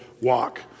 walk